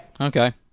Okay